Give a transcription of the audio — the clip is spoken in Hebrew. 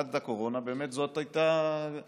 עד הקורונה זה באמת היה הכיוון,